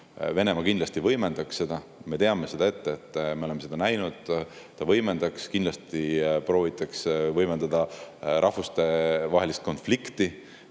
Venemaa kindlasti võimendaks seda. Me teame seda ette, me oleme seda näinud. Ta loomulikult prooviks võimendada rahvustevahelist konflikti,